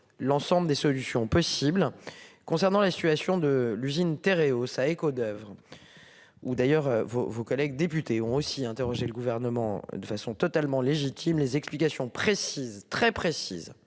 l'ensemble des solutions possibles. Concernant la situation de l'usine Théréau Saeco d'Oeuvres. Ou d'ailleurs vos, vos collègues députés ont aussi interrogé le gouvernement, de façon totalement légitime. Les explications précises très précises